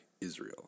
israel